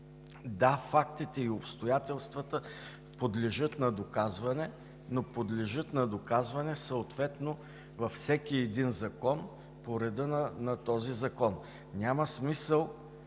Да, фактите и обстоятелствата подлежат на доказване, но подлежат на доказване съответно във всеки един закон по реда на този закон. Няма смисъл